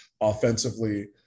offensively